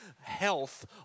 health